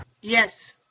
Yes